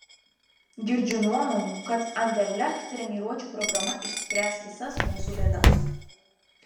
girdžiu nuomonių kad anderlecht treniruočių programa išspręs visas mūsų bėdas